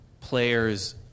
players